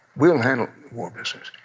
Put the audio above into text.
we'll handle war business,